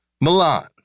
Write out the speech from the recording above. Milan